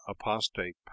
APOSTATE